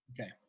Okay